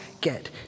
get